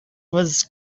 was